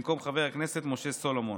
במקום חבר הכנסת משה סולומון,